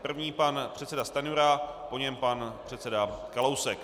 První pan předseda Stanjura, po něm pan předseda Kalousek.